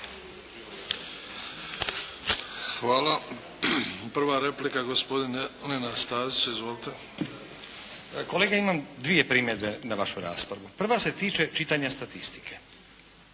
Hvala. Prva replika gospodin Nenad Stazić. Izvolite. **Stazić, Nenad (SDP)** Kolega imam dvije primjedbe na vašu raspravu. Prva se tiče čitanja statistike.